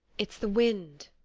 it's the wind.